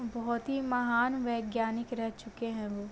बहुत ही महान वैज्ञानिक रह चुके हैं वो